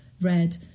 red